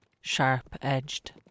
sharp-edged